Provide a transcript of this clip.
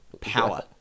power